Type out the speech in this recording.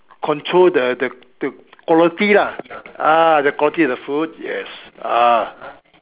control the the the quality lah ah the quality of the food yes ah